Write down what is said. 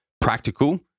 practical